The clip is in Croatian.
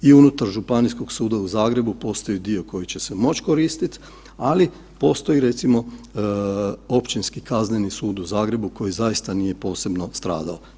I unutar Županijskog suda u Zagrebu postoji dio koji će se moći koristiti, ali postoji recimo Općinski kazneni sud u Zagrebu koji zaista nije posebno stradao.